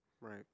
Right